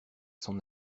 son